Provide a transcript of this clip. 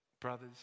brothers